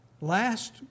Last